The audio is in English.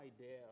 idea